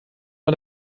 man